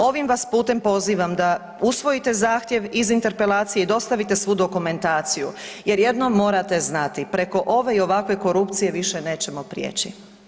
Ovim vas putem pozivam da usvojite zahtjev iz interpelacije i dostavite svu dokumentaciju jer jednom morate znati, preko ove i ovakve korupcije više nećemo prijeći.